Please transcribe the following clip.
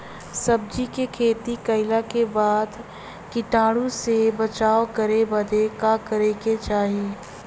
सब्जी के खेती कइला के बाद कीटाणु से बचाव करे बदे का करे के चाही?